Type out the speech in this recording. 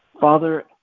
Father